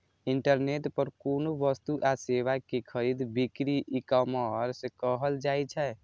internet पर कोनो वस्तु आ सेवा के खरीद बिक्री ईकॉमर्स कहल जाइ छै